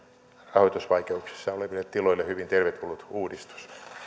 rahoitusvaikeuksissa oleville tiloille hyvin tervetullut uudistus